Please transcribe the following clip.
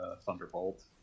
Thunderbolt